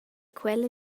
quella